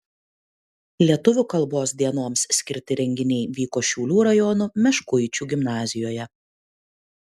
lietuvių kalbos dienoms skirti renginiai vyko šiaulių rajono meškuičių gimnazijoje